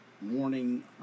morning